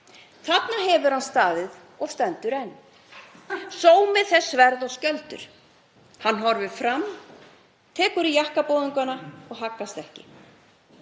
Þarna hefur hann staðið og stendur enn. Sómi landsins, sverð og skjöldur. Hann horfir fram, tekur í jakkaboðungana og haggast ekki.